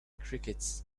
crickets